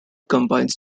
combines